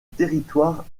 territoire